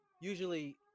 Usually